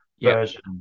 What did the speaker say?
version